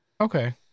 okay